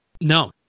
No